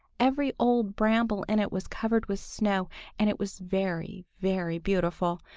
every old bramble in it was covered with snow and it was very, very beautiful.